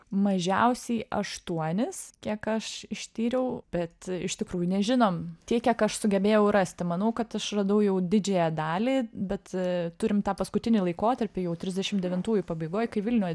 mažiausiai aštuonis kiek aš ištyriau bet iš tikrųjų nežinom tiek kiek aš sugebėjau rasti manau kad aš radau jau didžiąją dalį bet turim tą paskutinį laikotarpį jau trisdešim devintųjų pabaigoj kai vilnių